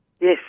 Yes